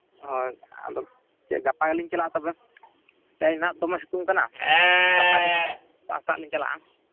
ᱦᱳᱭ ᱟᱫᱚ ᱪᱮᱫ ᱜᱟᱯᱟᱜᱮᱞᱤᱧ ᱪᱟᱞᱟᱜᱼᱟ ᱛᱚᱵᱮ ᱛᱮᱦᱮᱧ ᱱᱟᱦᱟᱸᱜ ᱫᱚᱢᱮ ᱥᱤᱛᱩᱝ ᱠᱟᱱᱟ ᱜᱟᱯᱟᱜᱮ ᱥᱮᱛᱟᱜ ᱥᱮᱛᱟᱜᱼᱥᱮᱛᱟᱜᱞᱤᱧ ᱪᱟᱞᱟᱜᱼᱟ